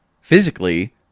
physically